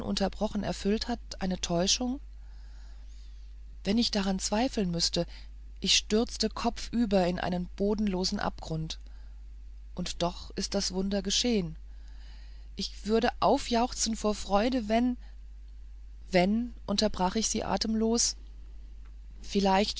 erfüllt hat eine täuschung wenn ich daran zweifeln müßte ich stürzte kopfüber in einen bodenlosen abgrund und doch ist das wunder geschehen ich würde aufjauchzen vor freude wenn wenn unterbrach ich sie atemlos vielleicht